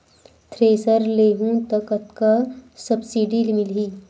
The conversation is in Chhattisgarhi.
थ्रेसर लेहूं त कतका सब्सिडी मिलही?